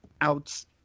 Outs